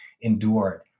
endured